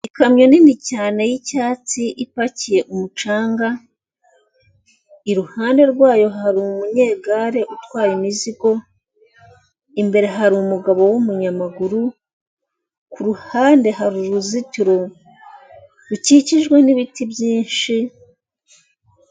Ikamyo nini cyane y'icyatsi ipakiye umucanga, iruhande rwayo hari umunyegare utwaye imizigo, imbere hari umugabo w'umunyamaguru, kuruhande hari uruzitiro rukikijwe n'ibiti byinshi.